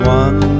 one